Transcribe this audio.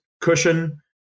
cushion